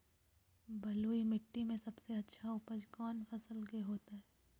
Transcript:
बलुई मिट्टी में सबसे अच्छा उपज कौन फसल के होतय?